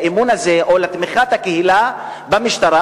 לאמון הזה או לתמיכת הקהילה במשטרה,